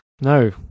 No